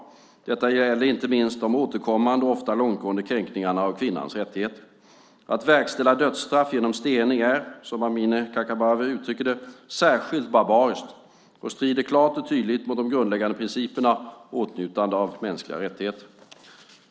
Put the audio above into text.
Detta gäller inte minst de återkommande och ofta långtgående kränkningarna av kvinnans rättigheter. Att verkställa dödsstraff genom stening är, som Amineh Kakabaveh uttrycker det, särskilt barbariskt och strider klart och tydligt mot de grundläggande principerna om åtnjutande av de mänskliga rättigheterna.